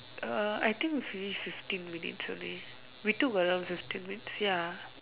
uh I think we finish fifteen minutes only we took around fifteen minutes ya